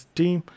team